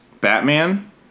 Batman